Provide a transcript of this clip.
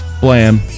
Blam